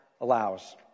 allows